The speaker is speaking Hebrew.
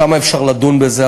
שם אפשר לדון בזה,